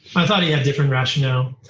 i thought he had different rationale.